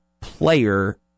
player